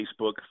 Facebook